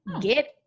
Get